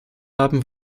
haben